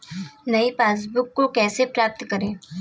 नई पासबुक को कैसे प्राप्त करें?